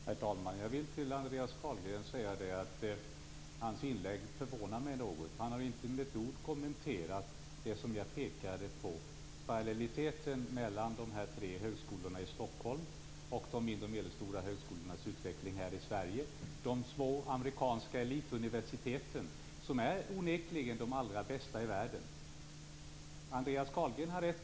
Herr talman! Andreas Carlgrens inlägg förvånar mig något. Inte med ett enda ord har han kommenterat det som jag pekade på, nämligen parallelliteten när det gäller dels de tre högskolorna i Stockholm och de mindre och medelstora högskolornas utveckling i Sverige, dels de små amerikanska elituniversiteten, vilka onekligen är de allra bästa i världen. På en punkt har Andreas Carlgren rätt.